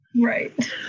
Right